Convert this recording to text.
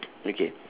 okay